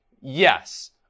Yes